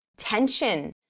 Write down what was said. tension